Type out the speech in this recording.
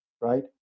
right